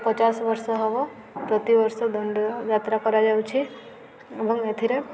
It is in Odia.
ପଚାଶ ବର୍ଷ ହେବ ପ୍ରତିବର୍ଷ ଦଣ୍ଡ ଯାତ୍ରା କରାଯାଉଛି ଏବଂ ଏଥିରେ